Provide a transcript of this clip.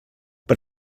per